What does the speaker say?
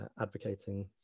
advocating